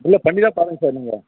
இல்லை பண்ணிதான் பாருங்கள் சார் நீங்கள்